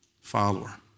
follower